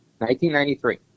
1993